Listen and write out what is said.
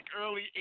early